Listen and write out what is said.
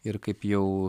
ir kaip jau